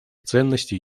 ценностей